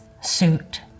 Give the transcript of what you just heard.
suit